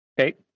Okay